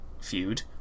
feud